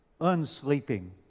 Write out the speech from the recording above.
unsleeping